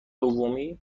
دومی